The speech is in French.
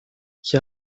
qui